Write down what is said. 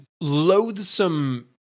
Loathsome